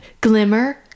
Glimmer